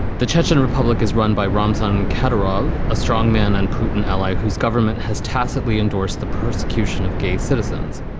the chechen republic is run by ramzan kadyrov, a strong man and putin ally whose government has tacitly endorsed the persecution of gay citizens.